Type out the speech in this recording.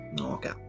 okay